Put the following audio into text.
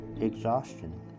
exhaustion